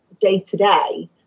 day-to-day